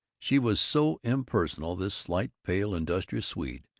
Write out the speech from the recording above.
she was so impersonal, this slight, pale, industrious swede,